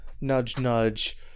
nudge-nudge